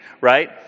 right